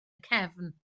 cefn